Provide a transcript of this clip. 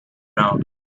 round